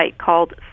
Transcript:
called